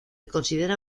considera